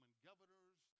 governors